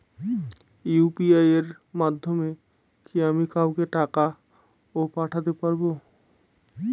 UPI এর মাধ্যমে কি আমি কাউকে টাকা ও পাঠাতে পারবো?